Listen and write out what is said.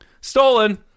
Stolen